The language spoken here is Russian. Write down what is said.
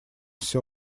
все